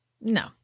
No